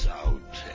out